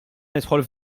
nidħol